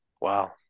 Wow